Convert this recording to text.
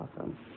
Awesome